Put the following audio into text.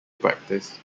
practice